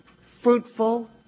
fruitful